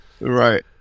Right